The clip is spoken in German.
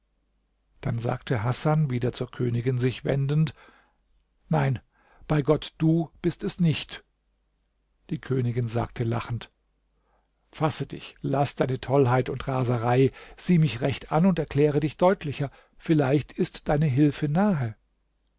dann sagte hasan wieder zur königin sich wendend nein bei gott du bist es nicht die königin sagte lachend fasse dich laß deine tollheit und raserei sieh mich recht an und erkläre dich deutlicher vielleicht ist deine hilfe nahe